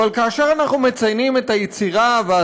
אבל כאשר אנחנו מציינים את היצירה ואת